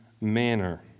manner